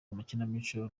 amakinamico